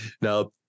Now